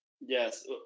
Yes